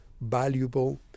valuable